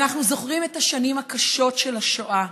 אנחנו זוכרים את השנים הקשות של השואה